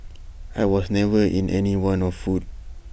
I was never in any want of food